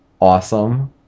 awesome